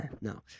No